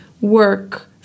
work